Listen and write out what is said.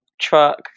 truck